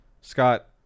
Scott